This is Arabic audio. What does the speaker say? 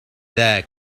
ذاك